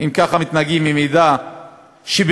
אם ככה מתנהגים עם עדה שבאמת,